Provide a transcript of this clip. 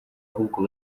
ahubwo